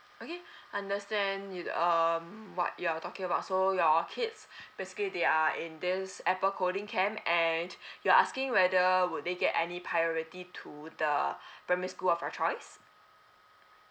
okay understand you um what you are talking about so your kids basically they are in this apple coding camp and you are asking whether would they get any priority to the primary school of your choice